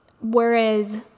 Whereas